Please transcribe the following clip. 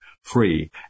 free